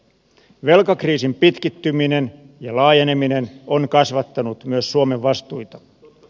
velkakriisin pitkittyminen ja laajeneminen on kasvattanut myös suomen vastuita